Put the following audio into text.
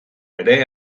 ere